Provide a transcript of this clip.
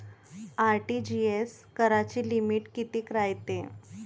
RTGS कराची limit कितीक रायते?